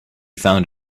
found